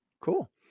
Cool